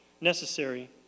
necessary